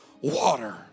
water